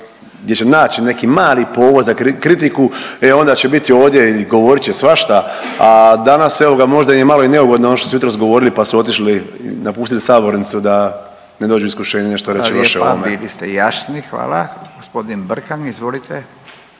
gdje će naći neki mali povod za kritiku, e onda će biti ovdje i govorit će svašta, a danas evo ga možda im je malo i neugodno ono što su jutros govorili pa su otišli, napustili sabornicu da ne dođu u iskušenje što reći loše o ovome. **Radin, Furio